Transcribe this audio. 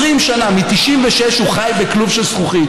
20 שנה, מ-1996 הוא חי בכלוב של זכוכית.